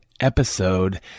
episode